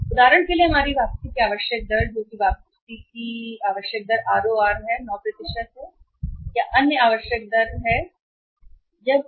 उदाहरण के लिए हमारी वापसी की आवश्यक दर जो कि वापसी की आवश्यक दर है जो कि ROR है 9 अन्य आवश्यक दर यह है कि मैं इसे 9 कहूंगा